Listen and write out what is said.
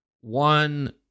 One